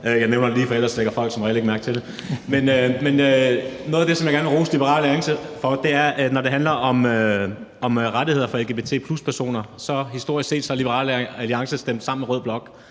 Jeg nævner det lige, for ellers lægger folk som regel ikke mærke til det. Men noget af det, som jeg gerne vil rose Liberal Alliance for, er, at når det handler om rettigheder for lgbt+-personer, så har Liberal Alliance historisk set stemt sammen med rød blok